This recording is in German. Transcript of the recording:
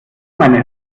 meine